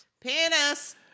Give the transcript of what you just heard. Penis